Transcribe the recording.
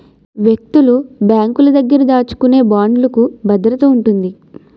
వ్యక్తులు బ్యాంకుల దగ్గర దాచుకునే బాండ్లుకు భద్రత ఉంటుంది